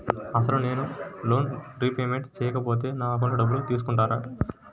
అసలు నేనూ loan repayment చేయకపోతే నా అకౌంట్లో డబ్బులు తీసుకుంటారా?